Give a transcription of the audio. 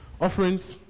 Offerings